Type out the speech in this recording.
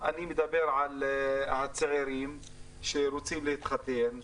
אנשים צעירים רוצים להתחתן,